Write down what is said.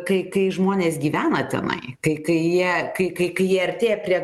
kai kai žmonės gyvena tenai kai kai jie kai kai kai jie artėja prie